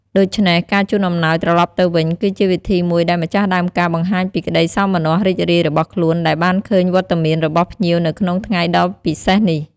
ដូច្នេះ ការជូនអំណោយត្រឡប់ទៅវិញ គឺជាវិធីមួយដែលម្ចាស់ដើមការបង្ហាញពីក្តីសោមនស្សរីករាយរបស់ខ្លួន ដែលបានឃើញវត្តមានរបស់ភ្ញៀវនៅក្នុងថ្ងៃដ៏ពិសេសនេះ។